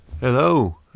hello